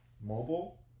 mobile